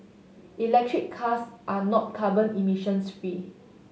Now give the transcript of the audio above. electric cars are not carbon emissions fee